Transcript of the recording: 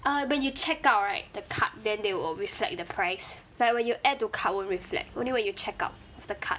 uh when you check out right the cart then they will reflect the price like when you add to cart won't reflect only when you check out of the cart